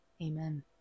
amen